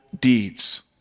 deeds